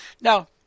Now